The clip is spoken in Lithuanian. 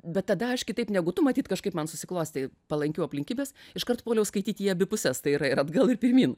bet tada aš kitaip negu tu matyt kažkaip man susiklostė palankiau aplinkybės iškart puoliau skaityti į abi puses tai yra ir atgal ir pirmyn